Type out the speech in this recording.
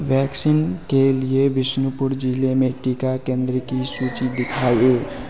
vaccine के लिए बिष्णुपुर जिले में टीका केंद्र की सूची दिखाएँ